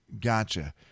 Gotcha